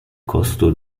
costo